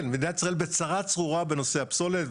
מדינת ישראל בצרה צרורה בנושא הפסולת,